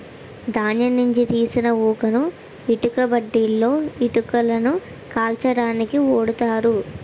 ధాన్యం నుంచి తీసిన ఊకను ఇటుక బట్టీలలో ఇటుకలను కాల్చడానికి ఓడుతారు